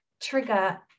trigger